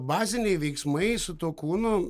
baziniai veiksmai su tuo kūnu